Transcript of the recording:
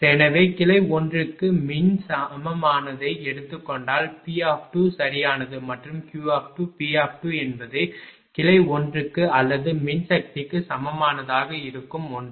எனவே கிளை 1 க்கு மின் சமமானதை எடுத்துக் கொண்டால் P2 சரியானது மற்றும் Q2 P2 என்பது கிளை 1 க்கு அல்லது மின்சக்திக்கு சமமானதாக இருக்கும் 1